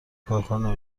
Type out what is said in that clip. کارکنان